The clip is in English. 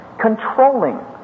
controlling